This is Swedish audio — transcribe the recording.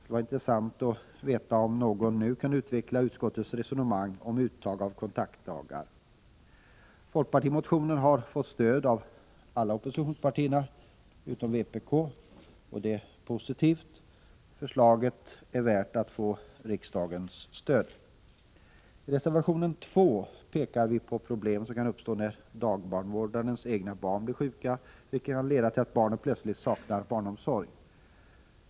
Det vore intressant att få veta om någon nu kan utveckla utskottets resonemang när det gäller uttag av kontaktdagar. Folkpartimotionen har fått stöd av alla oppositionspartier utom vpk, vilket är positivt. Förslaget är värt att få riksdagens stöd. I reservation 2 pekar vi på problem som kan uppstå när dagbarnvårdares egna barn blir sjuka, vilket kan leda till att barnen plötsligt saknar barnomsorg.